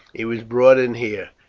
he was brought in here.